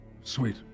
Sweet